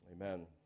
Amen